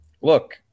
look